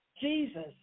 Jesus